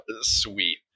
sweet